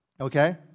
Okay